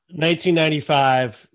1995